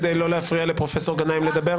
כדי לא להפריע לפרופ' גנאים לדבר?